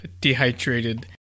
dehydrated